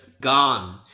gone